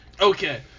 Okay